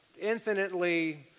infinitely